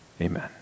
Amen